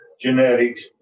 genetics